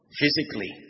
physically